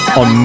on